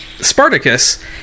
Spartacus